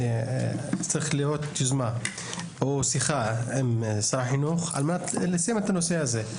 דרושה יוזמה או שיחה עם שר החינוך על מנת לסיים את הנושא הזה.